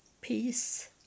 peace